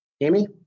Amy